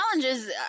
challenges